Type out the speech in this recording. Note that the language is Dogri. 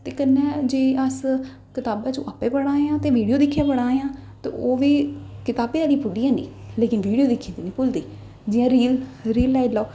ते कन्नै जे अस कताबै चूं आपै पढ़ा दे आं ते विडियो दिक्खियै पढ़ा दे आं ते ओह् बी किताबें आह्ली भुल्ली जानी लेकिन विडियो दिक्खी दी निं भुल्लदी जि'यां रील रील लाई लैओ